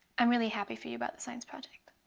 i'm really happy for you about the science project.